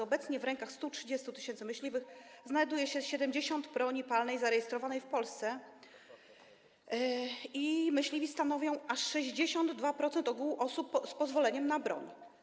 Obecnie w rękach 130 tys. myśliwych znajduje się 70% broni palnej zarejestrowanej w Polsce, a myśliwi stanowią aż 62% ogółu osób z pozwoleniem na broń.